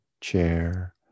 chair